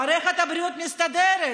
מערכת הבריאות מסתדרת.